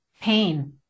pain